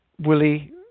Willie